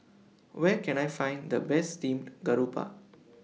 Where Can I Find The Best Steamed Garoupa